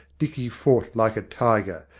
dicky fought like a tiger.